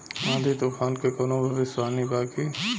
आँधी तूफान के कवनों भविष्य वानी बा की?